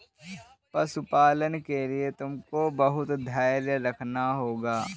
पशुपालन के लिए तुमको बहुत धैर्य रखना होगा